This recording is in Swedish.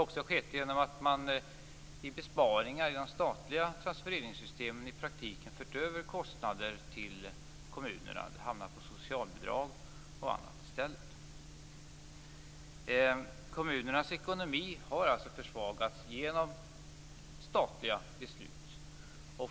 Man har också vid besparingar i de statliga transfereringssystemen i praktiken fört över kostnader till kommunerna - de har hamnat på bl.a. socialbidrag i stället. Kommunernas ekonomi har alltså försvagats genom statliga beslut.